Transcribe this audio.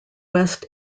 west